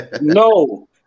No